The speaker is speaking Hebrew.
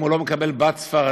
אם הוא לא מקבל בת ספרדייה,